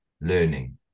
Learning